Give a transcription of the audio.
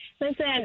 Listen